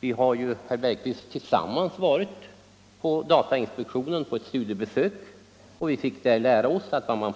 Herr Bergqvist och jag har tillsammans varit på studiebesök hos datainspektionen, och där fick vi lära oss att vad man